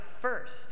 first